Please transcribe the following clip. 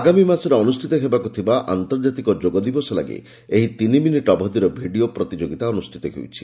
ଆଗାମୀ ମାସରେ ଅନୁଷ୍ଠିତ ହେବାକୁ ଥିବା ଆନ୍ତର୍ଜାତିକ ଯୋଗ ଦିବସ ଲାଗି ଏହି ତିନି ମିନିଟ୍ ଅବଧିର ଭିଡ଼ିଓ ପ୍ରତିଯୋଗୀତା ଅନୁଷ୍ଠିତ ହେଉଛି